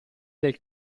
del